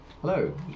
Hello